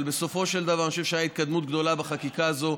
אבל בסופו של דבר אני חושב שהייתה התקדמות גדולה בחקיקה הזאת.